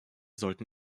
sollten